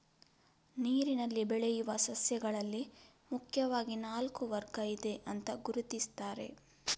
ನೀರಿನಲ್ಲಿ ಬೆಳೆಯುವ ಸಸ್ಯಗಳಲ್ಲಿ ಮುಖ್ಯವಾಗಿ ನಾಲ್ಕು ವರ್ಗ ಇದೆ ಅಂತ ಗುರುತಿಸ್ತಾರೆ